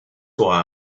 why